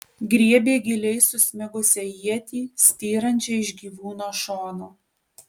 griebė giliai susmigusią ietį styrančią iš gyvūno šono